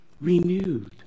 renewed